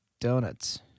donuts